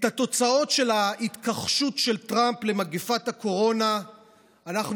את התוצאות של ההתכחשות של טראמפ למגפת הקורונה אנחנו